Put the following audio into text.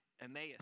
Emmaus